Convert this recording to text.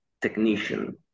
technician